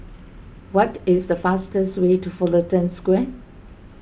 what is the fastest way to Fullerton Square